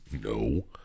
No